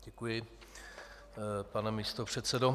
Děkuji, pane místopředsedo.